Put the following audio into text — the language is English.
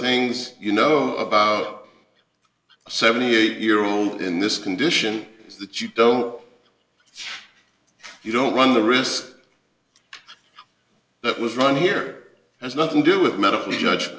things you know about seventy eight year old in this condition is that you don't you don't run the risk that was wrong here has nothing do with medical judg